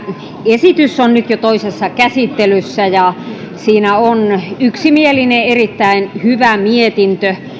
esitys on nyt jo toisessa käsittelyssä ja siitä on yksimielinen erittäin hyvä mietintö